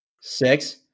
Six